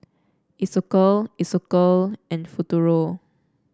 Isocal Isocal and Futuro